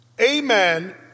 amen